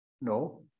No